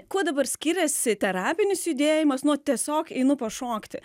kuo dabar skiriasi terapinis judėjimas nuo tiesiog einu pašokti